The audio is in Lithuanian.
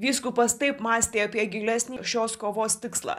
vyskupas taip mąstė apie gilesnį šios kovos tikslą